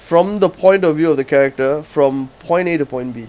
from the point of view of the character from point A to point B